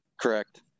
Correct